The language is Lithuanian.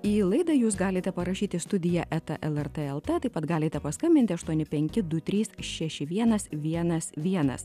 į laidą jūs galite parašyti studija eta lrt lt taip pat galite paskambinti aštuoni penki du trys šeši vienas vienas vienas